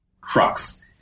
crux